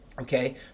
Okay